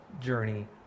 journey